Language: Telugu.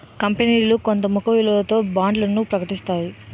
కంపనీలు కొంత ముఖ విలువతో బాండ్లను ప్రకటిస్తాయి